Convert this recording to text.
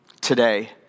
today